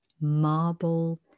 marble